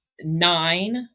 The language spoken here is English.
nine